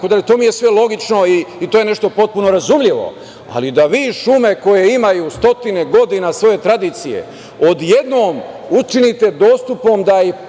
šumi itd. To mi je sve logično i to je nešto potpuno razumljivo, ali da vi šume koje imaju stotine godina svoje tradicije odjednom učinite dostupnom da ih